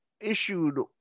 issued